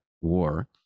war